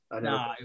No